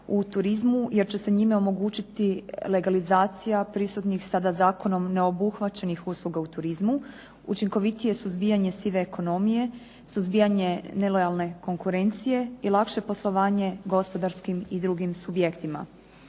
u turizmu jer će se njime omogućiti legalizacija prisutnih, sada zakonom neobuhvaćenih usluga u turizmu, učinkovitije suzbijanje sive ekonomije, suzbijanje nelojalne konkurencije i lakše poslovanje gospodarskim i drugim subjektima.